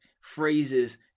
phrases